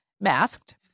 masked